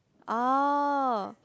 oh